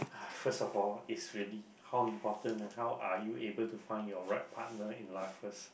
first of all it's really how important how are you able to find your right partner in life first